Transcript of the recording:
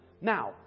Now